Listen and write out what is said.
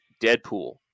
Deadpool